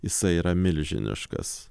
jisai yra milžiniškas